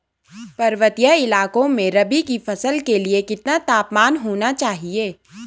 पर्वतीय इलाकों में रबी की फसल के लिए कितना तापमान होना चाहिए?